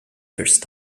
first